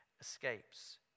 escapes